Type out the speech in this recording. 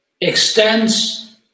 extends